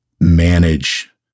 manage